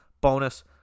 bonus